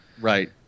Right